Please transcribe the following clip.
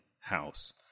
house